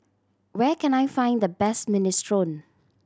where can I find the best Minestrone